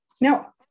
Now